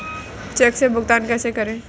Check से भुगतान कैसे करें?